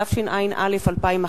התשע”א 2011,